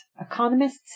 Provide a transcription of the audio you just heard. economists